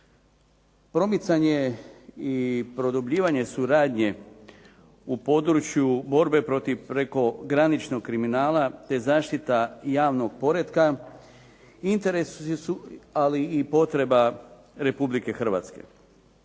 Promicanje i produbljivanje suradnje u području borbe protiv prekograničnog kriminala te zaštita javnog poretka interesi su ali i potreba Republike Hrvatske.